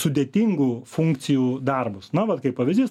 sudėtingų funkcijų darbus na vat kaip pavyzdys